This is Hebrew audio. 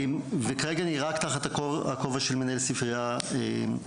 וכרגע אני רק תחת הכובע של מנהל ספריה בלבד.